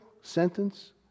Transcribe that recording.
sentence